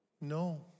No